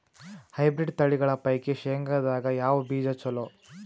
Hybrid ತಳಿಗಳ ಪೈಕಿ ಶೇಂಗದಾಗ ಯಾವ ಬೀಜ ಚಲೋ?